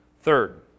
Third